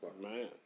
Man